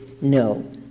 no